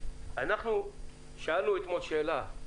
אנחנו שאלנו אתמול שאלה: